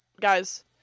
Guys